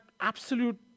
absolute